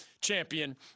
champion